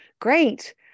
great